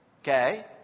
Okay